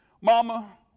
Mama